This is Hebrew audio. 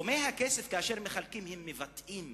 סכומי הכסף שמחלקים מבטאים